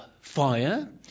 fire